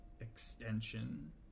extension